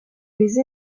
les